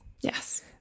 Yes